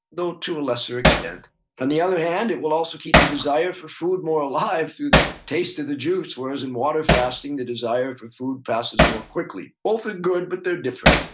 though to a lesser extent on the other hand, it will also keep the desire for food more alive through taste of the juice, whereas in water fasting the desire for food passes more quickly. both are good, but they're different.